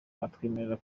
atwemerera